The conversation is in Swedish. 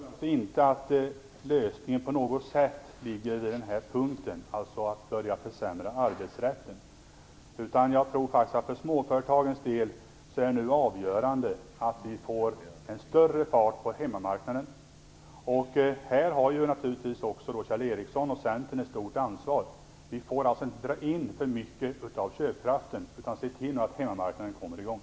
Fru talman! Jag tror inte att lösningen på något sätt ligger i den här punkten, dvs. att börja försämra arbetsrätten. Jag tror faktiskt att det avgörande för småföretagen är att vi får en större fart på hemmamarknaden. Här har naturligtvis Kjell Ericsson och Centern ett stort ansvar. Vi får inte dra in för mycket av köpkraften. Nu måste vi se till att hemmamarknaden kommer i gång.